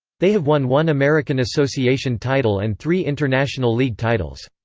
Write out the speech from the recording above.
they have won one american association title and three international league titles.